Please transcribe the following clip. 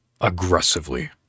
aggressively